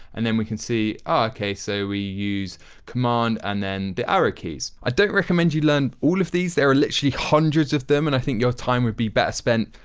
and then we can see ah okay so use command and then the arrow keys. i don't recommend you learn all of these. there are literally hundreds of them and i think your time would be better spent,